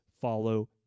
follow